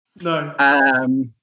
No